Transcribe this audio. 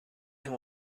who